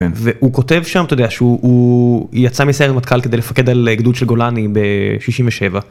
והוא כותב שם, אתה יודע, שהוא יצא מסיירת מטכ"ל כדי לפקד על גדוד של גולני ב-67.